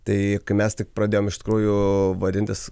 tai kai mes tik pradėjom iš tikrųjų vadintis